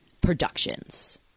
Productions